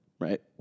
right